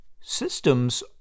systems